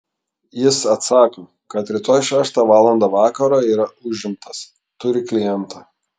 jis atsako kad rytoj šeštą valandą vakaro yra užimtas turi klientą